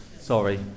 Sorry